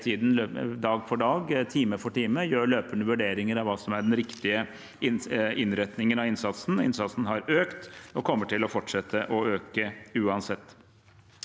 dag for dag og time for time – løpende vurderinger av hva som er den riktige innretningen av innsatsen. Innsatsen har økt og kommer til å fortsette å øke uansett.